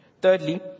Thirdly